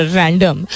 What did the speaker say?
random।